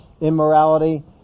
immorality